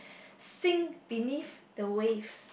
sing beneath the waves